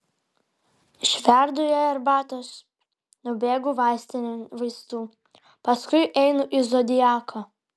išverdu jai arbatos nubėgu vaistinėn vaistų paskui einu į zodiaką